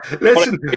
Listen